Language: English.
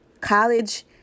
college